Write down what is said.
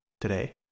today